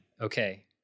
okay